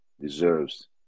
deserves